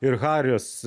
ir haris